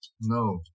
No